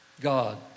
God